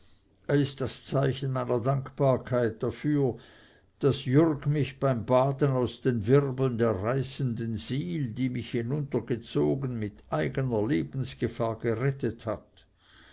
er ist das zeichen meiner dankbarkeit dafür daß jürg mich beim baden aus den wirbeln der reißenden sihl die mich hinuntergezogen mit eigener lebensgefahr gerettet hat